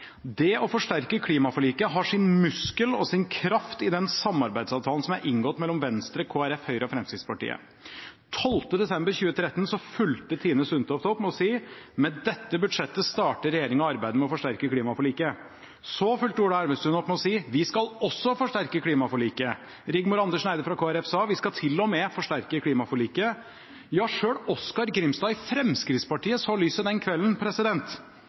«det å forsterke klimaforliket har sin muskel og sin kraft i den samarbeidsavtalen som er inngått mellom Venstre, Kristelig Folkeparti, Høyre og Fremskrittspartiet». Den 12. desember 2013 fulgte Tine Sundtoft opp med å si: «Med dette budsjettet starter regjeringen arbeidet med å forsterke klimaforliket.» Så fulgte Ola Elvestuen opp med å si: «Vi skal også forsterke klimaforliket.» Rigmor Andersen Eide fra Kristelig Folkeparti sa at «vi skal til og med forsterke klimaforliket». Ja, selv Oskar Grimstad i Fremskrittspartiet så lyset den kvelden.